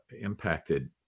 Impacted